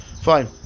Fine